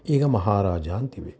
ಈಗ ಮಹಾರಾಜ ಅಂತಿವೆ